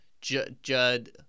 Judd